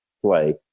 play